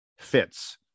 fits